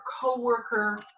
co-worker